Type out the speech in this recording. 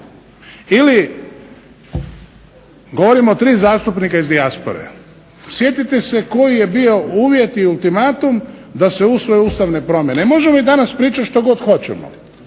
Ili, govorim o tri zastupnika iz dijaspore. Sjetite se koji je bio uvjet i ultimatum da se usvoje ustavne promjene. Možemo i danas pričat što god hoćemo,